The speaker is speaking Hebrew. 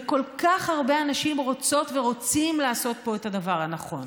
וכל כך הרבה אנשים רוצות ורוצים לעשות פה את הדבר הנכון.